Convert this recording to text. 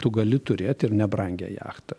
tu gali turėt ir nebrangią jachtą